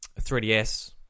3DS